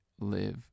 live